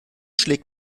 schlägt